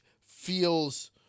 feels